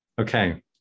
Okay